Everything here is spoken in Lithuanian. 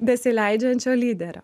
besileidžiančio lyderio